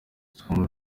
sam